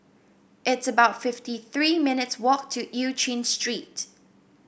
it's about fifty three minutes' walk to Eu Chin Street